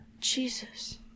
Jesus